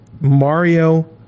Mario